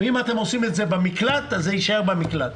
אם אתם עושים את זה במקלט, זה יישאר במקלט.